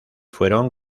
fueron